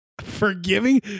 forgiving